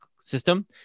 system